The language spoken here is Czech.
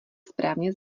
správně